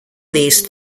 these